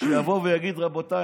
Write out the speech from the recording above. שיבוא ויגיד: רבותיי,